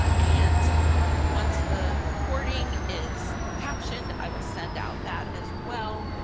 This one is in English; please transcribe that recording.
ah and um once the recording is captioned, i will send out that as well.